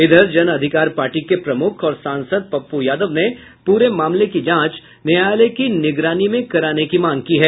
इधर जन अधिकार पार्टी के प्रमुख और सांसद पप्पू यादव ने पूरे मामले की जांच न्यायालय की निगरानी में कराने की मांग की है